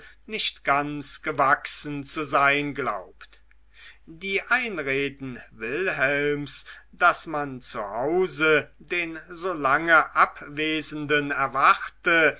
nicht ganz gewachsen zu sein glaubt die einreden wilhelms daß man zu hause den so lange abwesenden erwarte